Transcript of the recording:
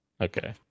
okay